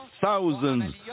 thousands